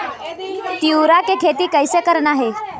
तिऊरा के खेती कइसे करना हे?